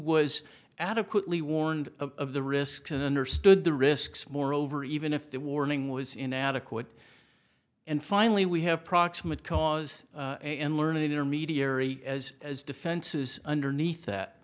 was adequately warned of the risks and understood the risks moreover even if the warning was inadequate and finally we have proximate cause and learned intermediary as as defenses underneath that